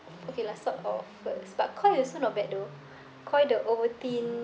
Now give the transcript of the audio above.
okay lah sort of uh sebab koi also not bad though koi the ovaltine